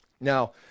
Now